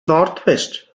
northwest